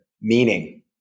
meaning